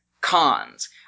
cons